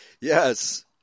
Yes